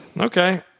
Okay